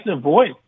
voice